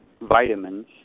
vitamins